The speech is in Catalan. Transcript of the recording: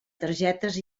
targetes